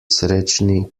srečni